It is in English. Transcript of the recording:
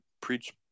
preach